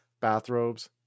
bathrobes